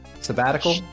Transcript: Sabbatical